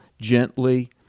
gently